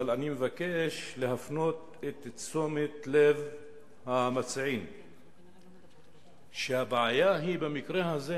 אבל אני מבקש להפנות את תשומת לב המציעים לכך שהבעיה במקרה הזה